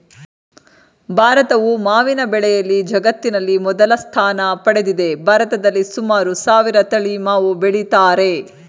ಭಾರತವು ಮಾವಿನ ಬೆಳೆಯಲ್ಲಿ ಜಗತ್ತಿನಲ್ಲಿ ಮೊದಲ ಸ್ಥಾನ ಪಡೆದಿದೆ ಭಾರತದಲ್ಲಿ ಸುಮಾರು ಸಾವಿರ ತಳಿ ಮಾವು ಬೆಳಿತಾರೆ